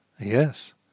Yes